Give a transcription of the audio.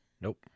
Nope